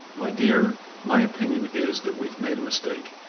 my dear, my opinion is that we've made a mistake.